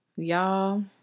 Y'all